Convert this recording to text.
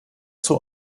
zoo